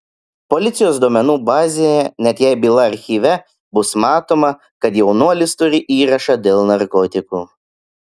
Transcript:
policijos duomenų bazėje net jei byla archyve bus matoma kad jaunuolis turi įrašą dėl narkotikų